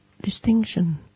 distinction